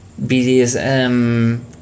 BDSM